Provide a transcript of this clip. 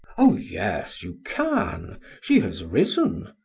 oh, yes, you can she has risen.